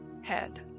head